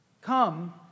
come